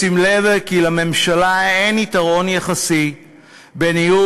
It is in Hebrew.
בשים לב כי לממשלה אין יתרון יחסי בניהול